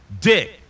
dick